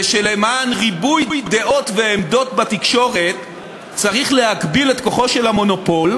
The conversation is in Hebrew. ושלמען ריבוי דעות ועמדות בתקשורת צריך להגביל את כוחו של המונופול,